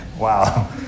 wow